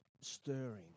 stirring